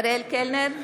אריאל קלנר,